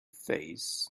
face